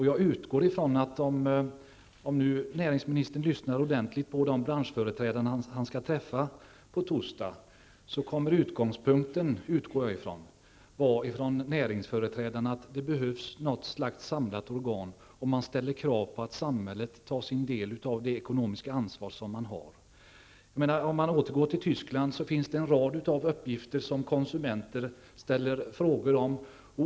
Jag utgår ifrån, att om näringsministern lyssnar ordentligt på de branschföreträdare som han skall träffa på torsdag, kommer företrädarnas utgångspunkt att visa sig vara att det behövs något slags samlat organ; det ställs krav på att staten tar sin del av det ekonomiska ansvaret. För att gå tillbaka till Tyskland vill jag säga att det finns en mängd saker som konsumenterna frågar om.